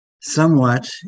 somewhat